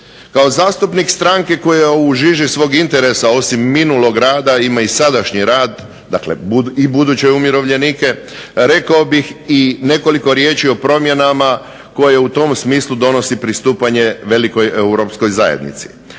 Kao zastupnik stranke koja u žiži svog interesa osim minulog rada ima i sadašnji rad, dakle i buduće umirovljenike rekao bih i nekoliko riječi o promjena koje u tom smislu donosi pristupanje velikoj Europskoj zajednici.